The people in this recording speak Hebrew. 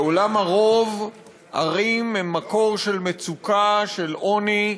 בעולם רוב הערים הן מקור של מצוקה, של עוני,